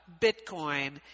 Bitcoin